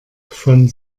von